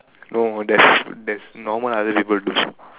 no there's there's normal other people do